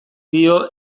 dio